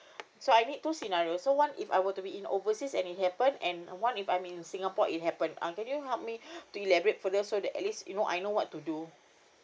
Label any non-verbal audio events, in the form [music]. [breath] so I need two scenario so one if I were to be in overseas and it happen and one if I'm in singapore it happen uh can you help me [breath] to elaborate further so that at least you know I know what to do